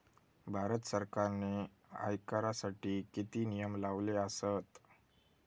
भारत सरकारने आयकरासाठी किती नियम लावले आसत?